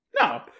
No